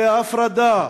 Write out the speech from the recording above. ההפרדה,